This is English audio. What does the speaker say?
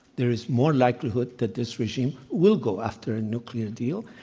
there is more likelihood that this regime will go after a nuclear deal.